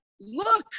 look